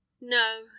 no